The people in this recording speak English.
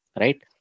right